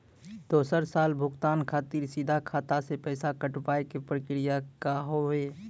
दोसर साल भुगतान खातिर सीधा खाता से पैसा कटवाए के प्रक्रिया का हाव हई?